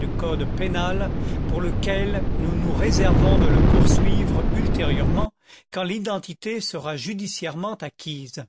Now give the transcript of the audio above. du code pénal pour lequel nous nous réservons de le poursuivre ultérieurement quand l'identité sera judiciairement acquise